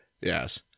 Yes